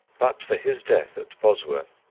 but for his death at bosworth,